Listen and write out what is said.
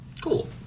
Cool